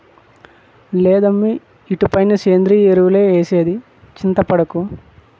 లేదమ్మీ ఇటుపైన సేంద్రియ ఎరువులే ఏసేది చింతపడకు